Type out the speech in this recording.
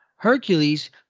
Hercules